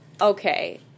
Okay